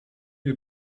you